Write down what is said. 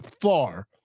far